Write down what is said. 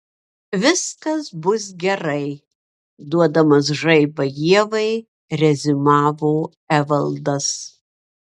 viskas bus gerai duodamas žaibą ievai reziumavo evaldas